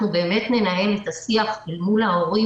אנחנו באמת ננהל את השיח אל מול ההורים,